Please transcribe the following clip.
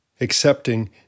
accepting